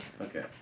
Okay